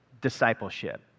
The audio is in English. discipleship